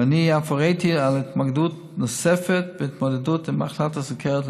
ואני אף הוריתי על התמקדות נוספת בהתמודדות עם מחלת הסוכרת,